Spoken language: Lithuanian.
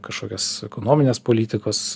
kažkokias ekonominės politikos